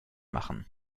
machen